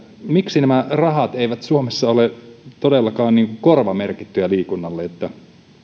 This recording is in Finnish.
miksi nämä rahat eivät suomessa ole todellakaan korvamerkittyjä liikunnalle että